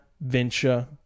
venture